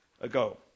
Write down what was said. ago